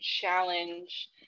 challenge